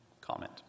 Comment